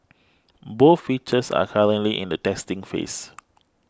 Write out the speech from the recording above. both features are currently in the testing phase